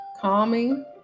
calming